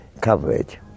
coverage